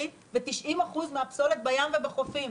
שמתווה את הדרך לישראל לעמוד ביעדי ההפחתה האלה.